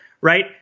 Right